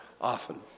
often